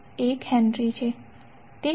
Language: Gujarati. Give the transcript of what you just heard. તેથી IVjωL12∠45j600